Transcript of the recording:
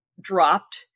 dropped